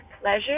pleasure